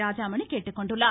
ராஜாமணி கேட்டுக்கொண்டுள்ளார்